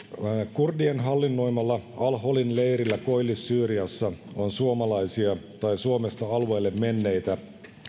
kurdien hallinnoimalla al holin leirillä koillis syyriassa on suomalaisia tai suomesta alueelle menneitä